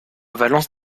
valence